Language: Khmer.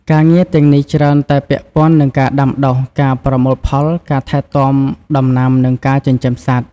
ការងារទាំងនេះច្រើនតែពាក់ព័ន្ធនឹងការដាំដុះ ការប្រមូលផល ការថែទាំដំណាំ និងការចិញ្ចឹមសត្វ ។